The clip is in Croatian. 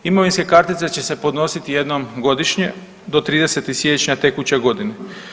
Imovinske kartice će se podnositi jednom godišnje do 30. siječnja tekuće godine.